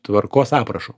tvarkos aprašo